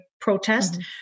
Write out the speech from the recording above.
protest